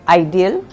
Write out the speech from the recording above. ideal